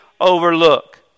overlook